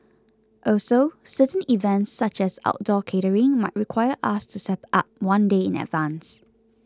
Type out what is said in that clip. also certain events such as outdoor catering might require us to set up one day in advance